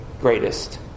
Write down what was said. greatest